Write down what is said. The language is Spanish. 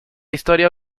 historia